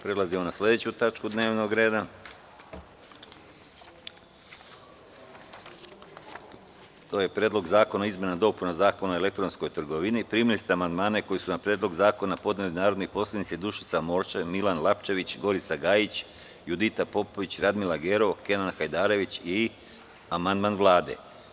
Prelazimo na 4. tačku dnevnog reda – PREDLOG ZAKONA O IZMENAMA I DOPUNAMA ZAKONA O ELEKTRONSKOJ TRGOVINI Primili ste amandmane koje su na Predlog zakona podneli narodni poslanici: Dušica Morčev, Milan Lapčević, Gorica Gajić, Judita Popović, Radmila Gerov, Kenan Hajdarević i amandman Vlade.